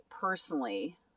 personally